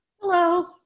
Hello